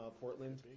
Portland